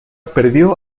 perdió